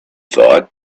thought